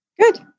good